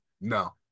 No